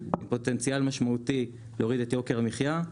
עם פוטנציאל משמעותי להורדת יוקר המחיה.